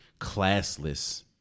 classless